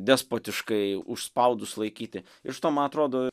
despotiškai užspaudus laikyti iš to ma atrodo